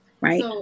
right